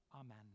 Amen